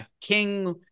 king